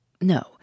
No